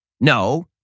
No